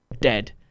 Dead